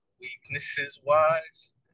Weaknesses-wise